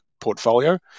portfolio